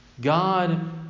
God